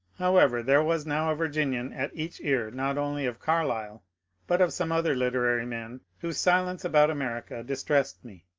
however, there was now a virginian at each ear not only of carlyle but of some other literary men whose silence about america distressed me.